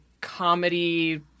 comedy